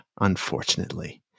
unfortunately